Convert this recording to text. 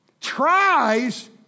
tries